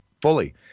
fully